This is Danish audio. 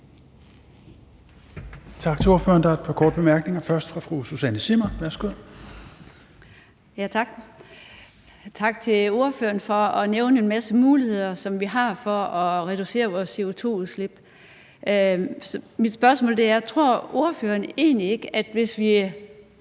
Tak til ordføreren. Der er et par korte bemærkninger, først fra fru Susanne Zimmer. Værsgo. Kl. 16:33 Susanne Zimmer (FG): Tak. Tak til ordføreren for at nævne en masse muligheder, som vi har for at reducere vores CO2-udslip. Mit spørgsmål er: Tror ordføreren egentlig ikke, at hvis vi